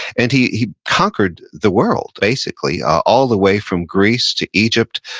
and he he conquered the world, basically, all the way from greece to egypt,